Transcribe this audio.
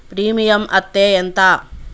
Premium అత్తే ఎంత?